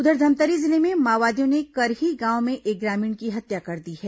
उधर धमतरी जिले में माओवादियों ने करही गांव में एक ग्रामीण की हत्या कर दी है